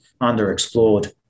underexplored